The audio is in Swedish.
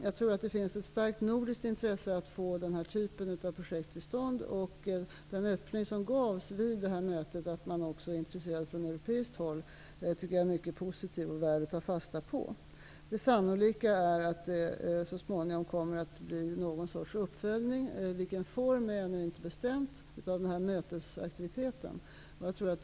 Jag tror att det finns ett starkt nordiskt intresse av att få den här typen av projekt till stånd. Den öppning som gavs vid det här mötet, att man också är intresserad från europeiskt håll, tycker jag är mycket positiv och värd att ta fasta på. Det sannolika är att det så småningom kommer att bli något slags uppföljning av mötesaktiviteten. I vilken form den kommer att bli är ännu inte bestämt.